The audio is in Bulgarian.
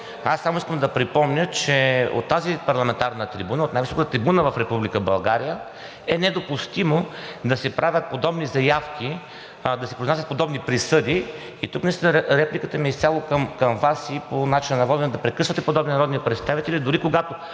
Аз само искам да припомня, че от тази парламентарна трибуна – от най-високата трибуна в Република България, е недопустимо да се правят подобни заявки, да се произнасят подобни присъди и тук наистина репликата ми е изцяло към Вас и е по начина на водене – да прекъсвате подобни народни представители. Дори когато